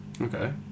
Okay